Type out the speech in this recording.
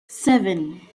seven